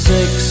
Six